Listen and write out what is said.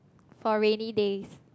for rainy days